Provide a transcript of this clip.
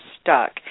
stuck